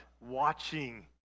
watching